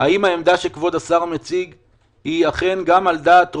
והיום רוצה לתקן בעד,